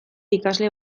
ikasle